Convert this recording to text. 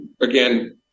again